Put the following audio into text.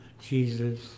Jesus